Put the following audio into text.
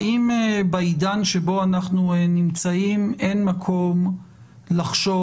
האם בעידן שבו אנחנו נמצאים אין מקום לחשוב